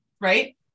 right